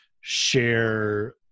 share